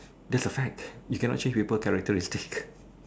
that's a fact you can not change people characteristic